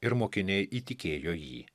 ir mokiniai įtikėjo jį